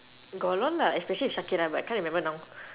got a lot lah especially with shakira but I can't remember now